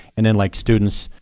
and then like students,